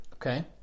Okay